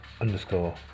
underscore